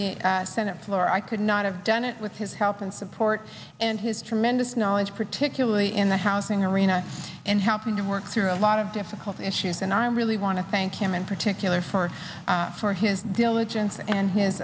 the senate floor i could not have done it with his help and support and his tremendous knowledge particularly in the housing arena and helping to work through a lot of difficult issues and i really want to thank him in particular for for his diligence and his